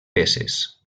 peces